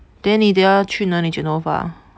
then 你等下去哪里剪头发